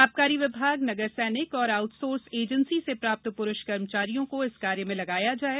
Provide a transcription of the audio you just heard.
आबकारी विभाग नगर सैनिक और आउटसोर्स एजेंसी से प्राप्त पुरुष कर्मचारियों को इस कार्य में लगाया जाये